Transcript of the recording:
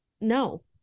No